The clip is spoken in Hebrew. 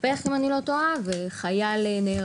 התהפך אם אני לא טועה, וחייל נהרג.